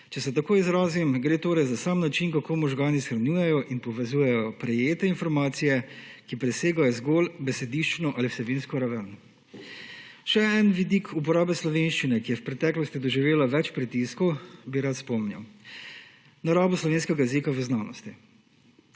Če se tako izrazim, gre torej za sam način, kako možgani shranjujejo in povezujejo prejete informacije, ki presegajo zgolj besediščno ali vsebinsko raven. 91. TRAK (VI) 16.30 (Nadaljevanje) Še en vidik uporabe slovenščine, ki je v preteklosti doživela več pritiskov bi rad spomnil na rabo slovenskega jezika v znanosti.